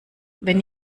wenn